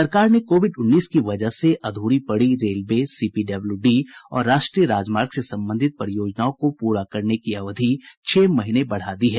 सरकार ने कोविड उन्नीस की वजह से अध्री पड़ी रेलवे सी पीडब्ल्यूडी और राष्ट्रीय राजमार्ग से संबंधित परियोजनाओं को पूरा करने की अवधि छह महीने बढा दी है